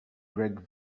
greg